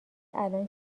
الان